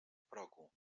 progu